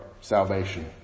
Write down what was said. salvation